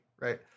right